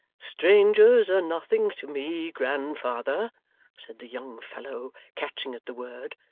strangers are nothing to me, grandfather said the young fellow catching at the word,